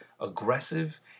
aggressive